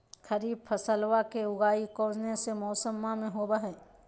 खरीफ फसलवा के उगाई कौन से मौसमा मे होवय है?